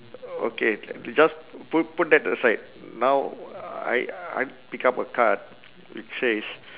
o~ okay j~ just put put that aside now I I pick up a card it says